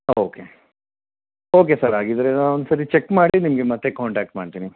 okay okay sir ಹಾಗಿದ್ದರೆ ನಾನು ಒಂದುಸರಿ ಚೆಕ್ ಮಾಡಿ ನಿಮಗೆ ಮತ್ತೆ ಕಾಂಟ್ಯಾಕ್ಟ್ ಮಾಡ್ತೀನಿ